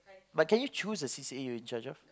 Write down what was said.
but can you choose a C_C_A you're in charge of